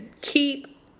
keep